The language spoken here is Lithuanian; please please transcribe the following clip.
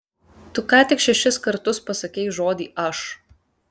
tu ką tik šešis kartus pasakei žodį aš